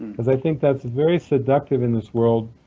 because i think that's very seductive in this world,